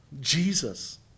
Jesus